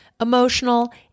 emotional